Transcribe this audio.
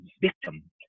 victim